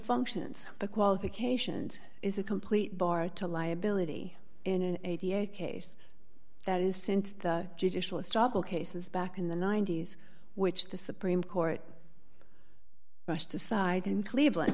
functions of qualifications is a complete bar to liability in an eighty eight dollars case that is since the judicial struggle cases back in the ninety's which the supreme court brushed aside in cleveland